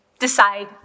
Decide